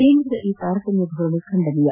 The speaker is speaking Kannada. ಕೇಂದ್ರದ ಈ ತಾರತಮ್ಯ ಧೋರಣೆ ಖಂಡನೀಯ